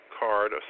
card